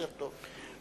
מה יותר טוב?